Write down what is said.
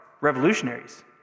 revolutionaries